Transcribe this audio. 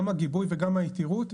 גם הגיבוי וגם היתירות,